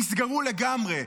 נסגרו לגמרי,